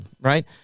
right